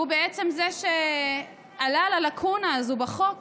שהוא בעצם זה שעלה על הלקונה הזו בחוק,